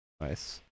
Nice